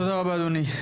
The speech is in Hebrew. תודה רבה אדוני.